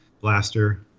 blaster